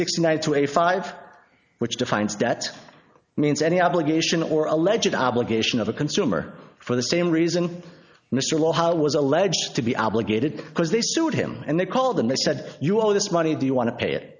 sixty nine to eighty five which defines debt means any obligation or a legit obligation of a consumer for the same reason mr law it was alleged to be obligated because they sued him and they called them they said you all this money do you want to pay it